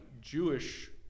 Jewish